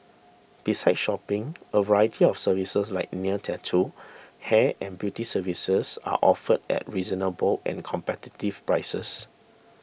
besides shopping a variety of services like nails tattoo hair and beauty services are offered at reasonable and competitive prices